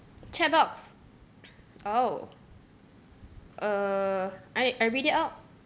chat box oh err I I read it out